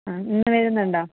ആ ഇന്ന് വരുന്നുണ്ടോ